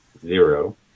zero